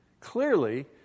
clearly